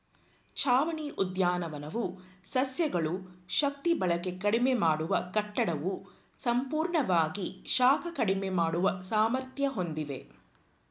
ಛಾವಣಿ ಉದ್ಯಾನವು ಸಸ್ಯಗಳು ಶಕ್ತಿಬಳಕೆ ಕಡಿಮೆ ಮಾಡುವ ಕಟ್ಟಡವು ಸಂಪೂರ್ಣವಾಗಿ ಶಾಖ ಕಡಿಮೆ ಮಾಡುವ ಸಾಮರ್ಥ್ಯ ಹೊಂದಿವೆ